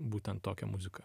būtent tokią muziką